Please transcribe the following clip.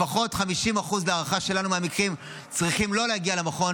ההערכה שלנו היא שלפחות 50% מהמקרים לא צריכים להגיע למכון,